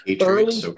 early